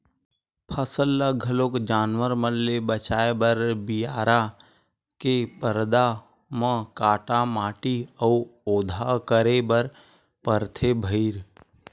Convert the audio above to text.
फसल ल घलोक जानवर मन ले बचाए बर बियारा के परदा म काटा माटी अउ ओधा करे बर परथे भइर